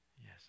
Yes